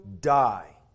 die